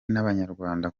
n’abanyarwanda